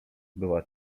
była